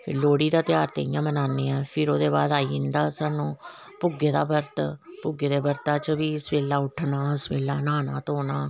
फिर लोहड़ी दा ध्यार ते इयां गै मनाने हा अस फिर ओहदे बाद आई जंदा स्हानू भुग्गे दा बर्त भुग्गे दे बर्ता बिच बी सबेला उट्ठना सबेला न्हाना धोना